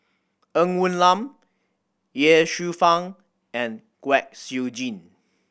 Ng Woon Lam Ye Shufang and Kwek Siew Jin